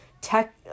tech